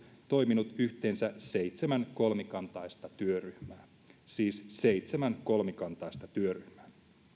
toiminut yhteensä seitsemän kolmikantaista työryhmää siis seitsemän kolmikantaista työryhmää